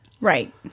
Right